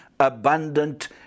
abundant